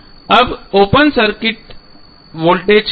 अब open circuited voltage का मूल्य क्या होगा